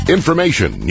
Information